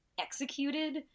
executed